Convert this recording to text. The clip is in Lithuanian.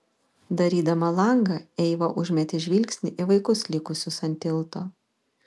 darydama langą eiva užmetė žvilgsnį į vaikus likusius ant tilto